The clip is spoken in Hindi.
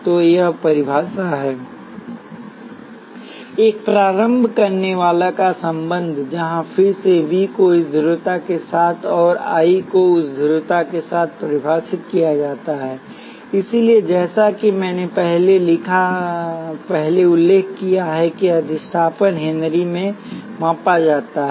तो यह परिभाषा है एक प्रारंभ करनेवाला का संबंध जहां फिर से V को इस ध्रुवता के साथ और I को उस ध्रुवता के साथ परिभाषित किया जाता है इसलिए जैसा कि मैंने पहले उल्लेख किया है कि अधिष्ठापन हेनरी में मापा जाता है